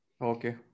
Okay